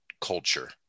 culture